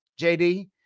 JD